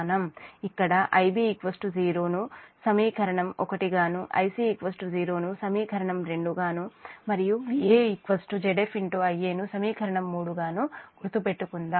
ఇక్కడ Ib 0 ను సమీకరణం 1 గాను Ic 0 ను సమీకరణం 2 గాను మరియు Va Zf Ia ను సమీకరణం 3 గాను గుర్తు పెట్టుకుందాము